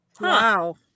Wow